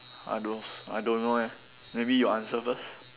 I don't I don't know eh maybe you answer first